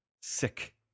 Sick